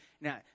now